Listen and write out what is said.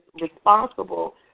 responsible